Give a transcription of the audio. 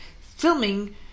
filming